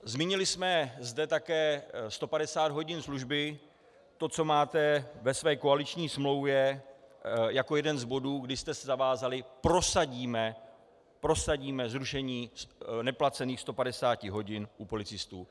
Zmínili jsme zde také 150 hodin služby, to, co máte ve své koaliční smlouvě jako jeden z bodů, kdy jste se zavázali: prosadíme zrušení neplacených 150 hodin u policistů.